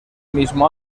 mismo